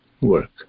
work